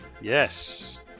Yes